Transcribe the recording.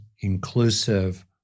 inclusive